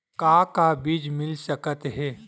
का का बीज मिल सकत हे?